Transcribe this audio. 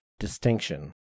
distinction